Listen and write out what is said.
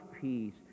peace